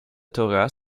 torah